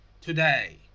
today